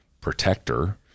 protector